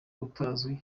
utazwi